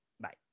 Bye